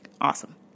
Awesome